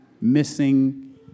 missing